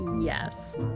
yes